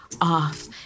off